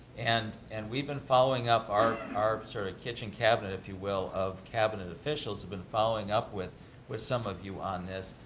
and and we've been following up our our sort of kitchen cabinet if you will, of cabinet officials who have been following up with with some of you on this.